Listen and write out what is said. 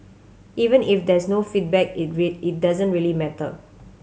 even if there's no feedback it read it doesn't really matter